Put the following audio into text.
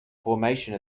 formation